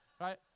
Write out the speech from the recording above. right